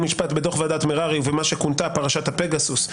חוק ומשפט בדו"ח ועדת מררי" ובמה שכונתה "פרשת הפגסוס",